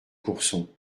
courson